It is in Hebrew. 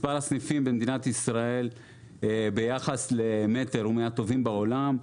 מספר הסניפים במדינת ישראל ביחס למטר הוא מהטובים בעולם,